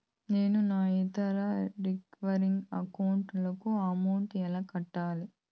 నేను నా ఇతర రికరింగ్ అకౌంట్ లకు అమౌంట్ ఎలా కట్టాలి?